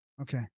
Okay